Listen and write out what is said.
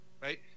Right